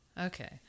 Okay